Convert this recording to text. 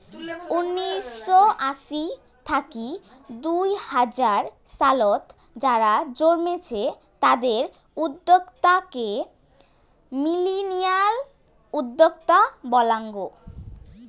উনিসশো আশি থাকি দুই হাজার সালত যারা জন্মেছে তাদের উদ্যোক্তা কে মিলেনিয়াল উদ্যোক্তা বলাঙ্গ